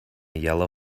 yellow